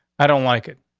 i don't like it.